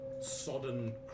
sodden